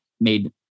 made